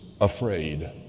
afraid